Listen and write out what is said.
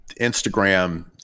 Instagram